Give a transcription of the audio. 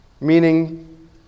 meaning